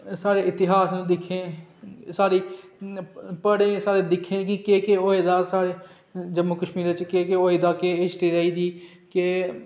साढ़े इतिहास गी जानै साढ़ी पढै साढ़ै दिक्खै केह् केह् होऐ दा साढञै जम्मू कशीर केह् होऐ दा केह् हिस्ट्री रेह्दी केह्